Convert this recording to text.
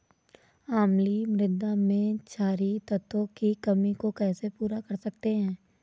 अम्लीय मृदा में क्षारीए तत्वों की कमी को कैसे पूरा कर सकते हैं?